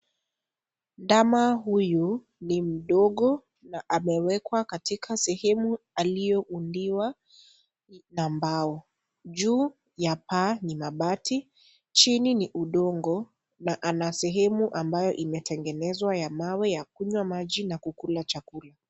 Ndama huyu ni mdogo na amewekwa katika sehemu alioundiwa na mbao juu ya paa ni mabati chini ni udongo na anasehemu ambayo imetengenezwa ya mawe ya kunywa maji na kula chakula.